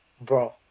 bro